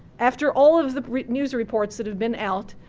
after all of the news reports that have been out,